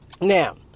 Now